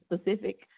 specific